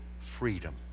freedom